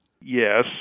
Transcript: Yes